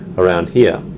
around here.